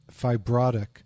fibrotic